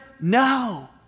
No